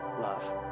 love